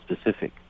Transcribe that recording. specific